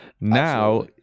Now